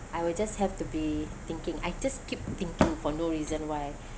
I will just have to be thinking I just keep thinking for no reason why